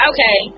Okay